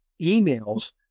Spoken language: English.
emails